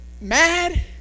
mad